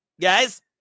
guys